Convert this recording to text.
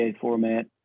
format